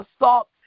assault